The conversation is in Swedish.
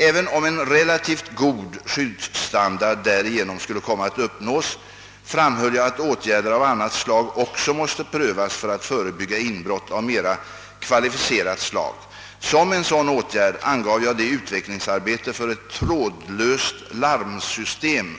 även om en relativt god skyddsstandard därigenom skulle komma att uppnås framhöll jag att åtgärder av annat slag också måste prövas för att förebygga inbrott av mera kvalificerat slag. Som en sådan åtgärd angav jag det utvecklingsarbete för ett trådlöst larmsystem,